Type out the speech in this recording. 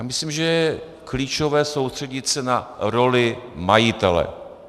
Myslím, že je klíčové se soustředit na roli majitele.